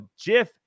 Jiff